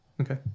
Okay